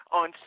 on